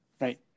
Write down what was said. Right